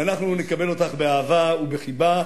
ואנחנו נקבל אותך באהבה ובחיבה.